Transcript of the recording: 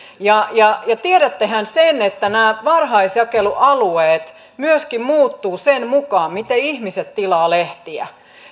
tiedättehän sen että nämä varhaisjakelualueet myöskin muuttuvat sen mukaan miten ihmiset tilaavat lehtiä